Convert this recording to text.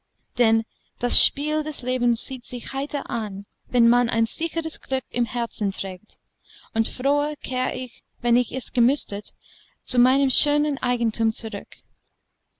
denn das spiel des lebens sieht sich heiter an wenn man ein sicheres glück im herzen trägt und froher kehr ich wenn ich es gemustert zu meinem schönern eigentum zurück